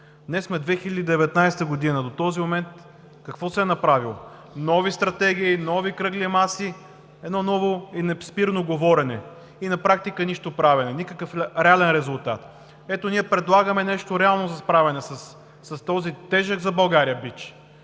Днес сме 2019 г. До този момент какво се е направило? Нови стратегии, нови кръгли маси, едно ново и неспирно говорене и на практика – нищоправене, никакъв реален резултат. Ето, ние предлагаме нещо реално за справяне с този тежък за България бич,